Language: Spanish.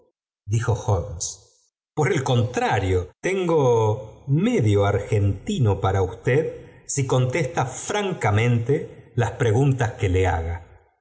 por el contrario tengo medio argentino para usted sí contesta francamente las preguntas que le haga